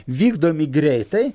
vykdomi greitai